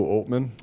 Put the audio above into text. Altman